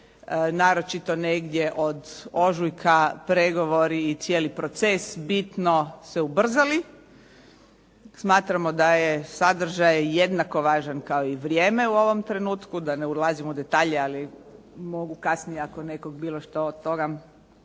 naročito negdje od ožujka pregovori i cijeli proces bitno se ubrzali. Smatramo da je sadržaj jednako važan kao i vrijeme u ovom trenutku da ne ulazimo u detalje, ali mogu kasnije ako nekog bilo što od